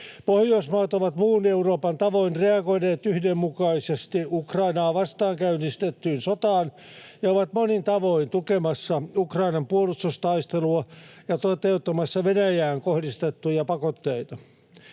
Pohjoismaat ovat muun Euroopan tavoin reagoineet yhdenmukaisesti Ukrainaa vastaan käynnistettyyn sotaan ja ovat monin tavoin tukemassa Ukrainan puolustustaistelua ja toteuttamassa Venäjään kohdistettuja pakotteita.